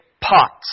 pots